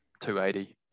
280